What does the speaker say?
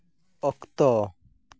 ᱚᱠᱛᱚ